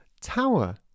Tower